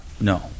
No